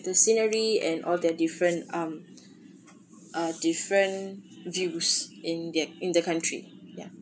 the scenery and all their different um uh different duce in their in the country ya